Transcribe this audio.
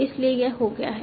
इसलिए यह हो गया है